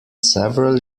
several